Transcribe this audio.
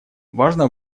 важно